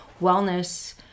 wellness